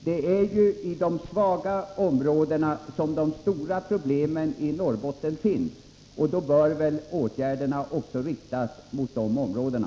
Det är ju i de svaga områdena som de stora problemen i Norrbotten finns, och då bör väl åtgärderna också riktas mot de områdena.